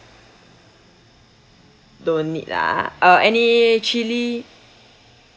don't need ah uh any chili